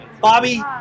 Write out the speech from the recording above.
Bobby